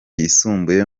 yisumbuye